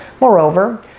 Moreover